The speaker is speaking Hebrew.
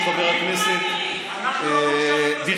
כשחבר הכנסת דיכטר,